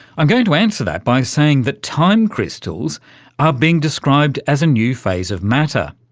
i'm going to answer that by saying that time crystals are being described as a new phase of matter.